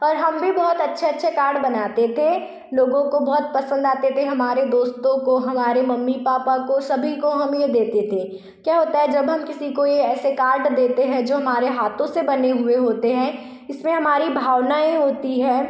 और हम भी बहुत अच्छे अच्छे कार्ड बनाते थे लोगों को बहुत पसंद आते थे हमारे दोस्तों को हमारे मम्मी पापा को सभी को हम यह देते थे क्या होता है जब हम किसी को यह ऐसे कार्ड देते हैं जो हमारे हाथों से बने हुए होते है इसमें हमारी भावनाएँ होती हैं